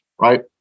right